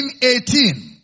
18